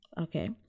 Okay